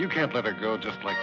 you can't let her go just like